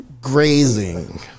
Grazing